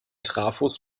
trafos